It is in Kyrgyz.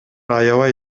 аябай